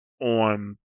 on